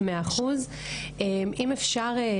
אם אפשר,